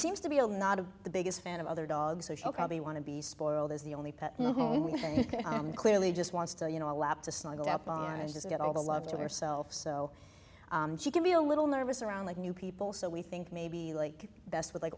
seems to be able not have the biggest fan of other dogs so she'll probably want to be spoiled is the only thing i'm clearly just wants to you know a lap to snuggle up on and just get all the love to herself so she can be a little nervous around like new people so we think maybe like best with